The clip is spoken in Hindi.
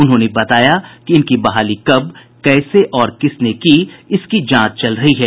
उन्होंने बताया कि इनकी बहाली कब कैसे और किसने की इसकी जांच चल रही है